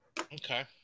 Okay